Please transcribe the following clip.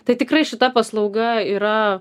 tai tikrai šita paslauga yra